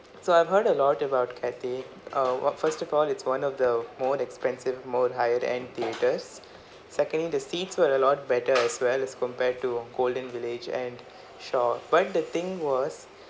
so I've heard a lot about cathay uh what first of all it's one of the more expensive more high-end theatres secondly the seats were a lot better as well as compared to golden village and shaw but the thing was